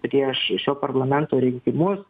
prieš šio parlamento rinkimus